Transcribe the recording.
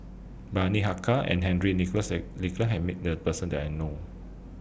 Bani Haykal and Henry Nicholas Nicholas had Met The Person that I know of